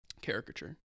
caricature